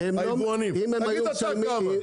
תגיד אתה כמה.